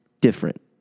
different